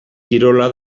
kirola